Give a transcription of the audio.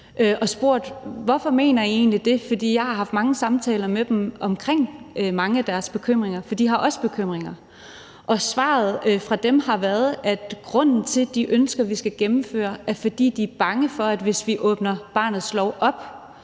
og spurgt, hvorfor de egentlig mener det. For jeg har haft mange samtaler med dem om mange af deres bekymringer, for de har også bekymringer. Og svaret fra dem har været, at grunden til, at de ønsker, at vi skal gennemføre, er, at de er bange for, at hvis vi åbner barnets lov op,